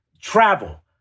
travel